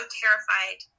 terrified